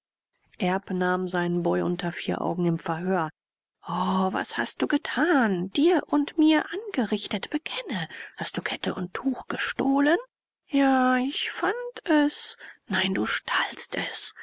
erb nahm seinen boy unter vier augen in verhör o was hast du getan dir und mir angerichtet bekenne hast du kette und tuch gestohlen ja ich fand es nein du stahlst es